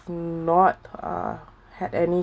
mm not uh had any